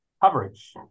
coverage